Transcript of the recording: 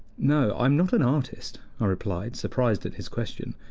no, i am not an artist, i replied, surprised at his question.